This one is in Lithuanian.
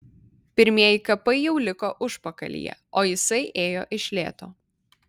pirmieji kapai jau liko užpakalyje o jisai ėjo iš lėto